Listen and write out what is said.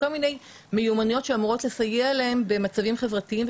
כל מיני מיומנויות שעשוית לסייע להם במצבים חברתיים,